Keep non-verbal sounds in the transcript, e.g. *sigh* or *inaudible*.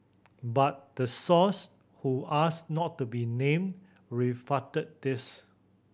but the source who asked not to be named *unintelligible* this